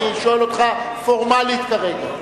אני שואל אותך פורמלית כרגע.